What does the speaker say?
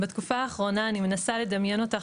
בתקופה האחרונה אני מנסה לדמיין אותך